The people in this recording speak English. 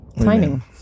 timing